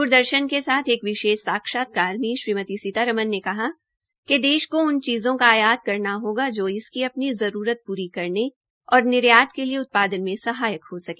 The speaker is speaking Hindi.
द्रदर्शन् के साथ एक विशेष साक्षात्कार में श्रीमती सीतारमन ने कहा कि देश को उन चीजों का आयात करनी होगा जो इसकी अपनी जरूरत पूरी करने और निर्यात के लिए उत्पादन में सहायक हो सके